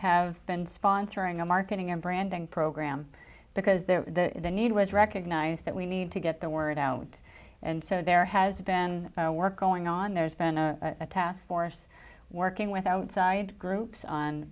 have been sponsoring a marketing and branding program because their need was recognized that we need to get the word out and so there has been work going on there's been a task force working with outside groups on